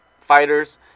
fighters